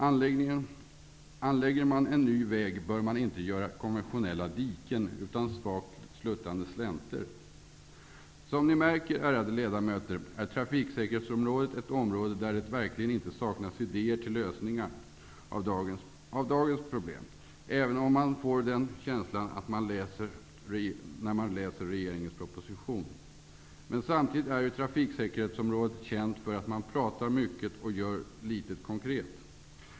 Anlägger man en ny väg bör man inte göra konventionella diken, utan svagt sluttande slänter. Som ni märker, ärade ledamöter, är trafiksäkerhetsområdet ett område där det verkligen inte saknas idéer till lösningar av dagens problem, även om man får den känslan när man läser regeringens proposition. Samtidigt är trafiksäkerhetsområdet känt för att man pratar mycket och gör litet konkret.